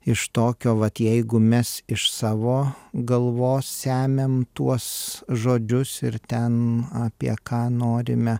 iš tokio vat jeigu mes iš savo galvos semiam tuos žodžius ir ten apie ką norime